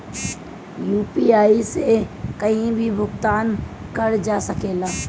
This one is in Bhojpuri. यू.पी.आई से कहीं भी भुगतान कर जा सकेला?